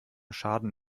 schaden